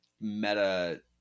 meta